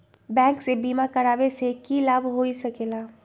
Bank से बिमा करावे से की लाभ होई सकेला?